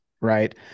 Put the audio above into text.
right